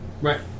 Right